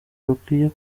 rukwiye